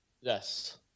Yes